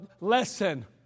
lesson